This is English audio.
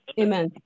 Amen